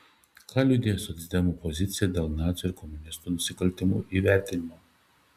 ką liudija socdemų pozicija dėl nacių ir komunistų nusikaltimų įvertinimo